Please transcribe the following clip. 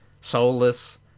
soulless